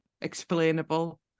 explainable